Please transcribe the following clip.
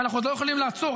ואנחנו עוד לא יכולים לעצור,